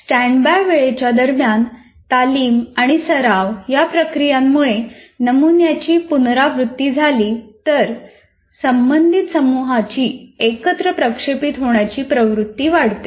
standby वेळेच्या दरम्यान तालीम आणि सराव या प्रक्रियांमुळे नमुन्याची पुनरावृत्ती झाली तर संबंधित समूहाची एकत्र प्रक्षेपित होण्याची प्रवृत्ती वाढते